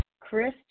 Chris